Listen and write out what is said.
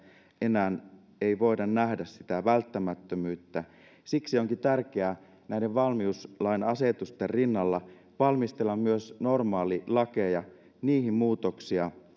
enää ei voida nähdä sitä välttämättömyyttä siksi onkin tärkeää näiden valmiuslain asetusten rinnalla valmistella myös normaalilakeja niihin muutoksia